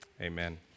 amen